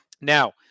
Now